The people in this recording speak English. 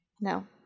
No